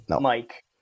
Mike